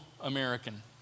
American